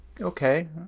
okay